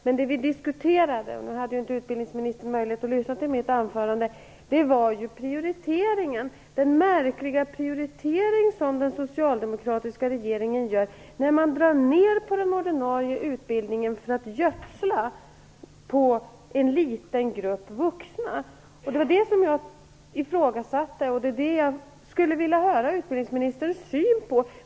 Utbildningsministern hade inte möjlighet att lyssna till mitt anförande, men det vi diskuterade var den märkliga prioritering som den socialdemokratiska regeringen gör när man drar ner på den ordinarie utbildningen för att gödsla på en liten grupp vuxna. Det var det jag ifrågasatte, och det är det jag skulle vilja få utbildningsministerns syn på.